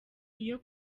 iyo